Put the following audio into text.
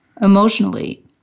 emotionally